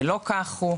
ולא כך הוא.